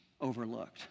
overlooked